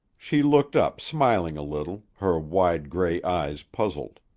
she looked up smiling a little, her wide gray eyes puzzled.